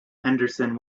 henderson